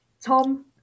Tom